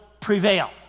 prevail